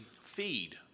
feed